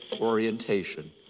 orientation